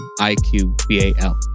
I-Q-B-A-L